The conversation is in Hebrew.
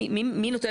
ובהסתייגות מספר